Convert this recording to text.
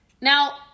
Now